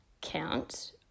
count